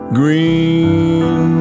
green